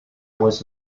was